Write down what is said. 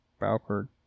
Bowker